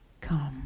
come